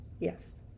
yes